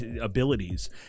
abilities